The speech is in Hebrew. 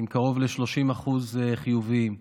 עם קרוב ל-30% חיוביים.